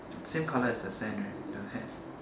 same color as the sand right the hat